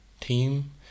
team